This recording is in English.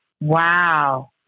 Wow